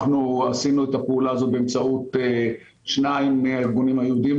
אנחנו עשינו את הפעולה הזאת באמצעות שניים מהארגונים היהודיים,